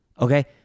Okay